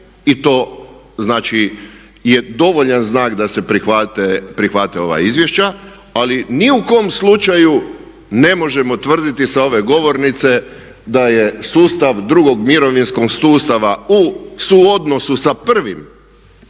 i to znači je dovoljan znak da se prihvate ova izvješća. Ali ni u kom slučaju ne možemo tvrditi sa ove govornice da je sustav drugog mirovinskog sustava u suodnosu sa prvim